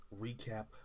recap